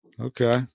Okay